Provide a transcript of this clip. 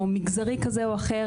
או מגזרי כזה או אחר.